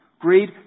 Greed